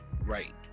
right